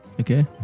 Okay